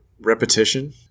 repetition